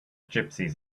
gypsies